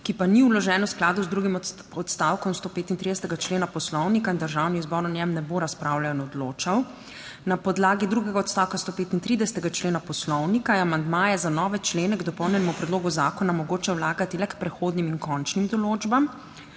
ki pa ni vložen. V skladu z drugim odstavkom 135. člena Poslovnika, Državni zbor o njem ne bo razpravljal in odločal. Na podlagi drugega odstavka 135. člena Poslovnika je amandmaje za nove člene k dopolnjenemu predlogu zakona mogoče vlagati le k prehodnim in končnim določbam,